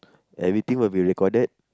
everything will be recorded